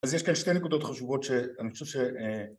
‫אז יש כאן שתי נקודות חשובות ‫שאני חושב ש...